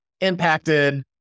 impacted